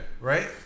Right